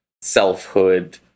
selfhood